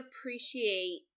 appreciate